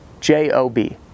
J-O-B